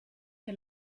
che